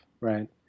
right